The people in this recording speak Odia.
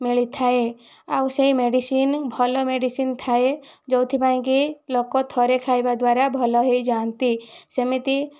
ମିଳିଥାଏ ଆଉ ସେହି ମେଡ଼ିସିନ ଭଲ ମେଡ଼ିସିନ ଥାଏ ଯେଉଁଥିପାଇଁକି ଲୋକ ଥରେ ଖାଇବା ଦ୍ୱାରା ଭଲ ହୋଇଯାଆନ୍ତି ସେମିତି